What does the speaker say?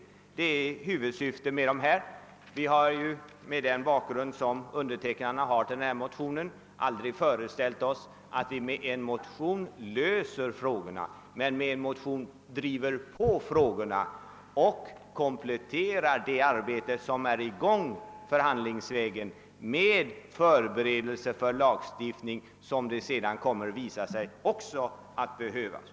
Det är också huvudsyftet med motionen. Med den bakgrund som undertecknarna av motionen har är det uppenbart att vi aldrig föreställt oss, att man med en motion kan lösa sådana frågor som det här gäller, utan motionen syftar endast till att driva på lösningen och komplettera det arbete som pågår förhandlingsvägen med förberedelser för den lagstiftning som sedan kan visa sig behövlig.